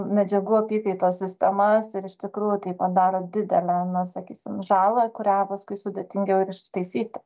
medžiagų apykaitos sistemas ir iš tikrųjų tai padaro didelę na sakysim žalą kurią paskui sudėtingiau ir ištaisyti